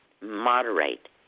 moderate